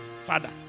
Father